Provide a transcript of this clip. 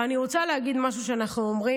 אני רוצה להגיד משהו שאנחנו אומרים,